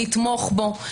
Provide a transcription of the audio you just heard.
לתמוך בו.